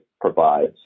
provides